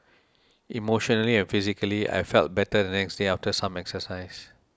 emotionally and physically I felt better the next day after some exercise